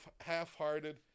half-hearted